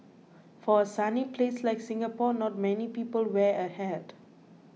for a sunny place like Singapore not many people wear a hat